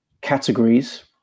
categories